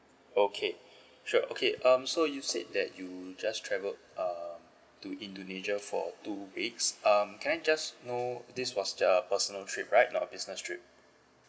okay sure okay um so you said that you just travel um to indonesia for two weeks um can I just know this was the personal trip right or business trip